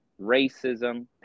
racism